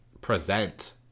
present